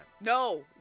No